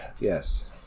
Yes